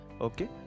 okay